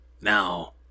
now